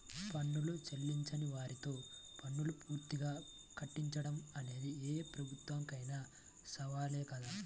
పన్నులు చెల్లించని వారితో పన్నులు పూర్తిగా కట్టించడం అనేది ఏ ప్రభుత్వానికైనా సవాలే కదా